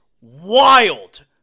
wild